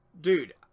Dude